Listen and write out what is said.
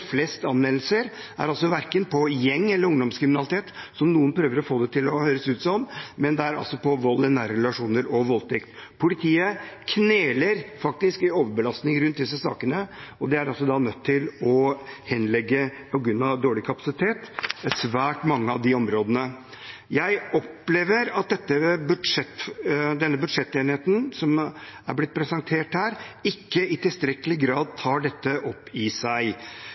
flest anmeldelser – er verken gjeng- eller ungdomskriminalitet, som noen prøver å få det til å høres ut som, men det er altså vold i nære relasjoner og voldtekt. Politiet kneler faktisk av overbelastning rundt disse sakene, og de er nødt til å henlegge saker på svært mange av de områdene på grunn av dårlig kapasitet. Jeg opplever at den budsjettenigheten som har blitt presentert her, ikke i tilstrekkelig grad tar dette opp i seg.